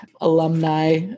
alumni